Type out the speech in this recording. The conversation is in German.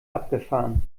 abgefahren